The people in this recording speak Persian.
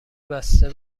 بسته